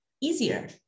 easier